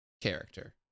character